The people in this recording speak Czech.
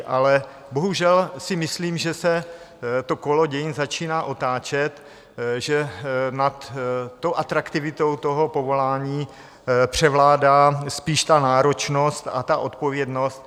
Ale bohužel si myslím, že se to kolo dění začíná otáčet, že nad tou atraktivitou toho povolání převládá spíš ta náročnost a ta odpovědnost.